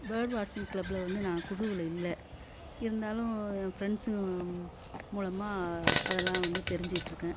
bird வாட்சிங் க்ளப்பில வந்து நான் குழுவில் இல்லை இருந்தாலும் ஏன் ஃப்ரெண்ட்ஸுங்க மூலமாக அதெல்லாம் வந்து தெரிஞ்சிட்டுருக்கேன்